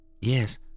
Yes